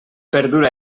perdura